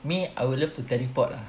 me I would love to teleport ah